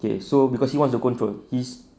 okay so cause he wants the control he's